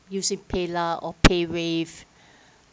you see PayLah! or paywave